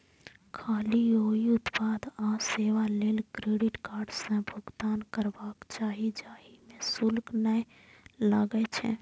खाली ओइ उत्पाद आ सेवा लेल क्रेडिट कार्ड सं भुगतान करबाक चाही, जाहि मे शुल्क नै लागै छै